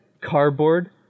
cardboard